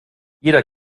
jeder